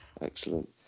Excellent